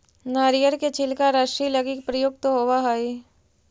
नरियर के छिलका रस्सि लगी प्रयुक्त होवऽ हई